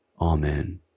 Amen